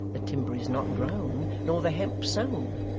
the timber is not grown, nor the hemp sown,